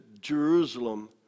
Jerusalem